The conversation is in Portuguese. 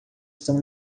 estão